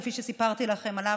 כפי שסיפרתי לכם עליו,